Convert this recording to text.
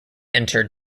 entered